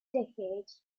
decade